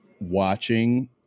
watching